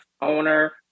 owner